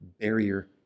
barrier